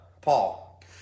Paul